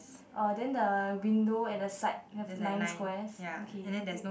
uh then the window at the side have nine squares okay wait